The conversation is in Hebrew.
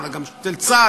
אולי גם של צה"ל,